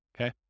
okay